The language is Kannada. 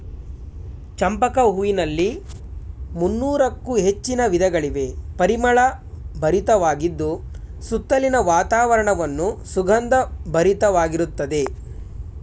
ಚಂಪಕ ಹೂವಿನಲ್ಲಿ ಮುನ್ನೋರಕ್ಕು ಹೆಚ್ಚಿನ ವಿಧಗಳಿವೆ, ಪರಿಮಳ ಭರಿತವಾಗಿದ್ದು ಸುತ್ತಲಿನ ವಾತಾವರಣವನ್ನು ಸುಗಂಧ ಭರಿತವಾಗಿರುತ್ತದೆ